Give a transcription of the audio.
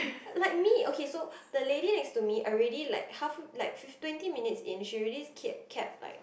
like me okay so the lady next to me already like half like twenty minutes in she already kept kept like